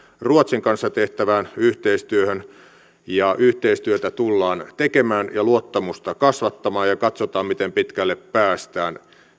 ruotsin kanssa tehtävään yhteistyöhön yhteistyötä tullaan tekemään ja luottamusta kasvattamaan ja katsotaan miten pitkälle päästään